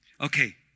Okay